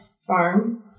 farm